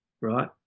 right